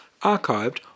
archived